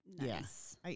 Yes